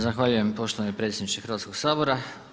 Zahvaljujem poštovani predsjedniče Hrvatskog sabora.